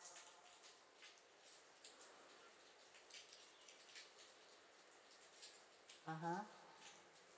(uh huh)